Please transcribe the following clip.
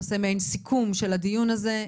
אנחנו נעשה מעין סיכום של הדיון הזה.